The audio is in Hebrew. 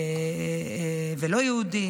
לא יהודים,